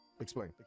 explain